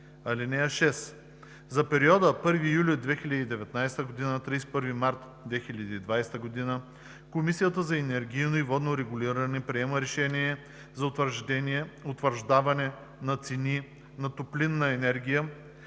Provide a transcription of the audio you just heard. изменят. (6) За периода 1 юли 2019 г. – 31 март 2020 г. Комисията за енергийно и водно регулиране приема решение за утвърждаване на цени на топлинната енергия